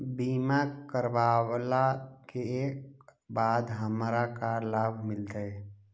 बीमा करवला के बाद हमरा का लाभ मिलतै?